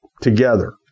together